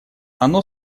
оно